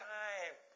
time